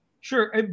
sure